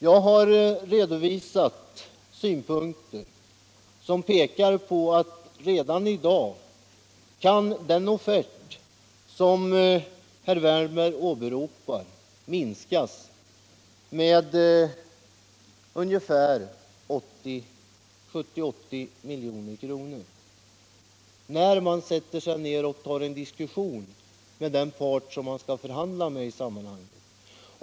Jag har redovisat synpunkter som pekar på att den offert som herr Wiärnberg åberopar redan i dag kan minskas med ungefär 70-80 milj.kr. när man tar diskussion med den part man skall förhandla med i sammanhanget.